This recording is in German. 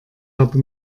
habe